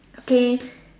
okay